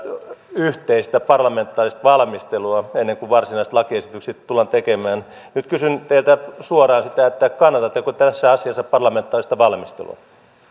yhteistä parlamentaarista valmistelua ennen kuin varsinaiset lakiesitykset tullaan tekemään nyt kysyn teiltä suoraan kannatatteko tässä asiassa parlamentaarista valmistelua